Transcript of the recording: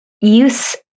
use